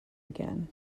again